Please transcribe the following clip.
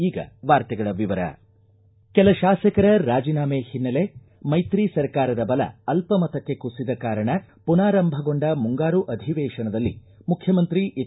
ಈಗ ವಾರ್ತೆಗಳ ವಿವರ ಕೆಲ ಶಾಸಕರ ರಾಜಿನಾಮ ಹಿನ್ನೆಲೆ ಮೈತ್ರಿ ಸರ್ಕಾರದ ಬಲ ಅಲ್ಪಮತಕ್ಕೆ ಕುಸಿದ ಕಾರಣ ಪುನಾರಂಭಗೊಂಡ ಮುಂಗಾರು ಅಧಿವೇಶನದಲ್ಲಿ ಮುಖ್ಯಮಂತ್ರಿ ಎಚ್